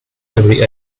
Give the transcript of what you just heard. every